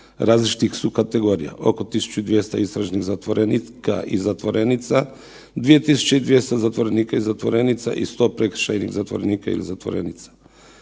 različitih su kategorija, oko 1200 istražnih zatvorenika i zatvorenica, 2200 zatvorenika i zatvorenica i 100 prekršajnih zatvorenika ili zatvorenica,